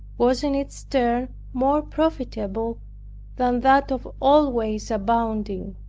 was in its turn more profitable than that of always abounding.